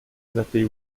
they